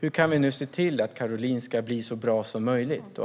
Hur kan vi se till att Karolinska blir så bra som möjligt?